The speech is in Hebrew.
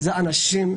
זה אנשים,